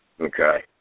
Okay